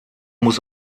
muss